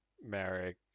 Merrick